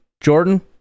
Jordan